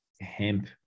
hemp